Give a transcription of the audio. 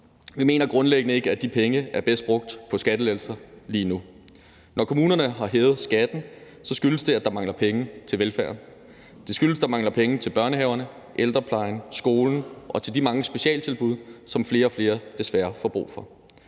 Vi mener grundlæggende ikke, at de penge er bedst brugt på skattelettelser lige nu. Når kommunerne har hævet skatten, skyldes det, at der mangler penge til velfærden. Det skyldes, at der mangler penge til børnehaverne, ældreplejen, skolen og til de mange specialtilbud, som flere og flere desværre får brug for.